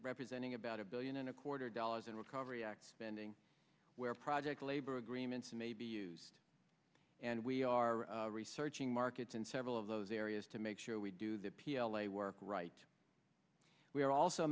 representing about a billion and a quarter dollars in recovery act spending where project labor agreements may be used and we are researching markets in several of those areas to make sure we do the p l a work right we are also